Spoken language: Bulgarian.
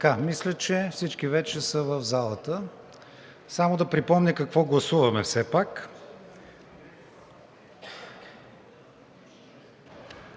Мисля, че всички вече са в залата. Да припомня само какво гласуваме все пак.